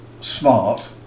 smart